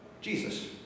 Jesus